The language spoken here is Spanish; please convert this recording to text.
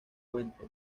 puente